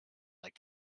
like